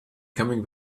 coming